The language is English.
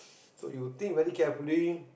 so you think very carefully